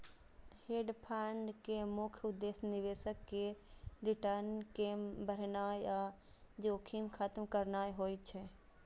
hedge fund के मुख्य उद्देश्य निवेशक केर रिटर्न कें बढ़ेनाइ आ जोखिम खत्म करनाइ होइ छै